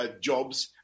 jobs